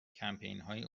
کمپینهای